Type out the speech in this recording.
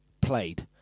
played